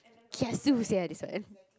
kiasu sia this one